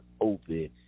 open